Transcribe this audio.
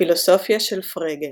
הפילוסופיה של פרגה